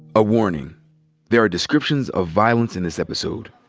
a warning there are descriptions of violence in this episode.